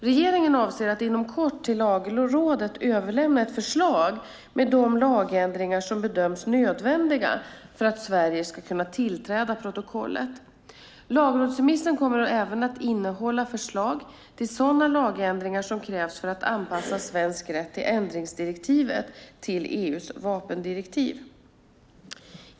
Regeringen avser att inom kort till Lagrådet överlämna ett förslag med de lagändringar som bedöms vara nödvändiga för att Sverige ska kunna tillträda protokollet. Lagrådsremissen kommer även att innehålla förslag till sådana lagändringar som krävs för att anpassa svensk rätt till ändringsdirektivet till EU:s vapendirektiv.